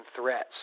threats